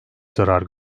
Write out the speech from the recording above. zarar